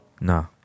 No